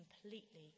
completely